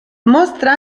mostra